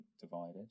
divided